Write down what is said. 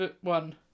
one